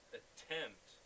attempt